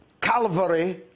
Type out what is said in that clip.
calvary